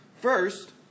First